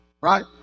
right